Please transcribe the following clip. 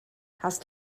hast